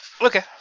Okay